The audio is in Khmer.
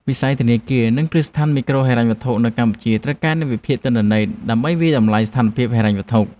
វិស័យធនាគារ និងគ្រឹះស្ថានមីក្រូហិរញ្ញវត្ថុនៅកម្ពុជាត្រូវការអ្នកវិភាគទិន្នន័យដើម្បីវាយតម្លៃស្ថានភាពហិរញ្ញវត្ថុ។